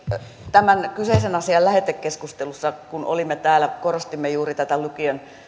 tämän kyseisen asian lähetekeskustelussa kun olimme täällä korostimme juuri tätä lukion